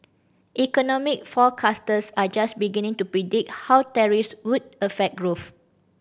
economic forecasters are just beginning to predict how tariffs would affect growth